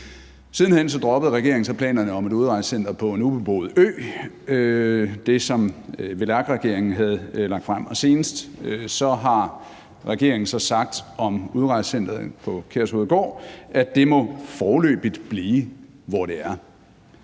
Siden hen droppede regeringen så planerne om et udrejsecenter på en ubeboet ø, det, som VLAK-regeringen havde lagt frem. Og senest har regeringen så sagt om udrejsecenteret på Kærshovedgård, at det må foreløbig blive, hvor det er.